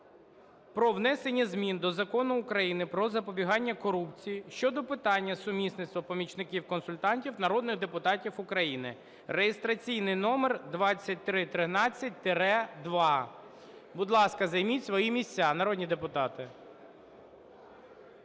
про внесення змін до Закону України "Про запобігання корупції" (щодо питання сумісництва помічників-консультантів народних депутатів України) (реєстраційний номер 2313-2). Будь ласка, займіть свої місця, народні депутати.